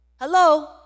Hello